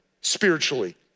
spiritually